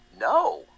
No